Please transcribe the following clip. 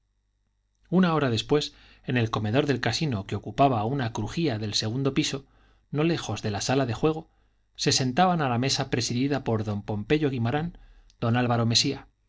una hora después en el comedor del casino que ocupaba una crujía del segundo piso no lejos de la sala de juego se sentaban a la mesa presidida por don pompeyo guimarán don álvaro mesía enfrente del